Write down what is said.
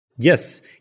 Yes